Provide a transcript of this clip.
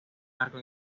arco